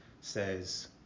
says